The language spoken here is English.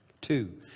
Two